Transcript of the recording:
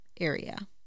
area